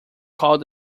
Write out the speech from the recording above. called